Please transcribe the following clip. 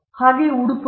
speaker 2 ಉಡುಪುಗಳು